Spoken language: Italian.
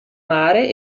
mare